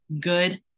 good